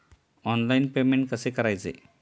Online payment कसे करायचे?